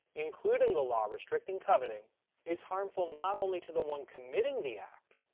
including the law restricting coveting is harmful not only to the one committing the act,